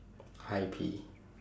hi pee